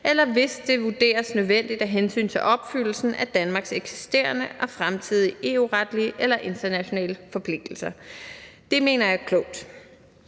eller hvis det vurderes nødvendigt af hensyn til opfyldelsen af Danmarks eksisterende og fremtidige EU-retlige eller internationale forpligtelser. Det mener jeg er klogt,